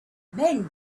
men